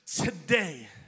today